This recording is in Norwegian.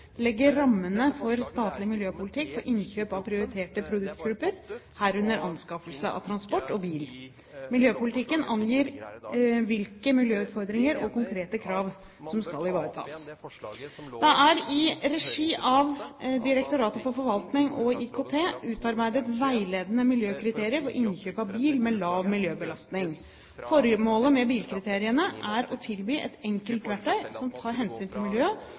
legger rammene for statlig miljøpolitikk for innkjøp av prioriterte produktgrupper, herunder anskaffelse av transport og bil. Miljøpolitikken angir hvilke miljøutfordringer og konkrete krav som skal ivaretas. Det er i regi av Direktoratet for forvaltning og IKT utarbeidet veiledende miljøkriterier for innkjøp av bil med lav miljøbelastning. Formålet med bilkriteriene er å tilby et enkelt verktøy som tar hensyn til